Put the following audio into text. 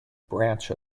branch